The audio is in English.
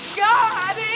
god